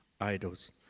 idols